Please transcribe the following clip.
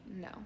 no